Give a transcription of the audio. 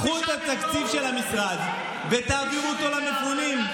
קחו את התקציב של המשרד ותעבירו אותו למפונים,